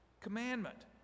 commandment